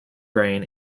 brain